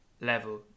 level